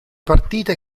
partite